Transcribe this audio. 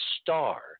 star